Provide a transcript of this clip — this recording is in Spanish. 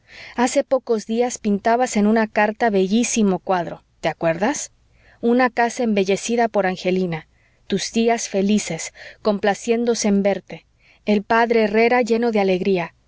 hace pocos días pintabas en una carta bellísimo cuadro te acuerdas una casa embellecida por angelina tus tías felices complaciéndose en verte el p herrera lleno de alegría